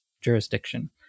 jurisdiction